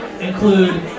include